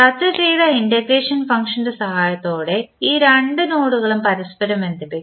ചർച്ച ചെയ്ത ഇന്റഗ്രേഷൻ ഫംഗ്ഷൻറെ സഹായത്തോടെ ഈ രണ്ട് നോഡുകളും പരസ്പരം ബന്ധിപ്പിക്കും